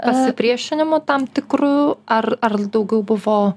pasipriešinimu tam tikru ar ar daugiau buvo